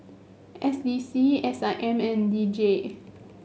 S D C S I M and D J